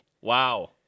Wow